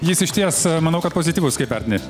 jis išties manau kad pozityvus kaip vertini